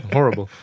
Horrible